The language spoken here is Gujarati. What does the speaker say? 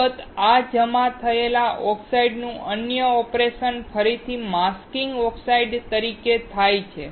અલબત્ત આ જમા થયેલા ઓક્સાઇડનું અન્ય ઓપરેશન ફરીથી માસ્કિંગ ઓક્સાઇડ તરીકે છે